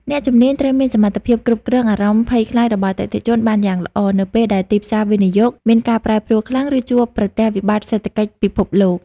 អ្នកជំនាញត្រូវមានសមត្ថភាពគ្រប់គ្រងអារម្មណ៍ភ័យខ្លាចរបស់អតិថិជនបានយ៉ាងល្អ នៅពេលដែលទីផ្សារវិនិយោគមានការប្រែប្រួលខ្លាំង ឬជួបប្រទះវិបត្តិសេដ្ឋកិច្ចពិភពលោក។